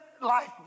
life